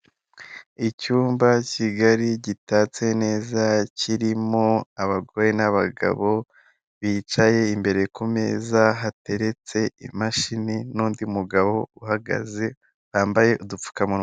Icyumba kigari gitatse neza kirimo abagore n'abagabo, bicaye imbere ku meza hateretse imashini n'undi mugabo uhagaze, bambaye udupfukamunwa